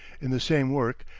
in the same work,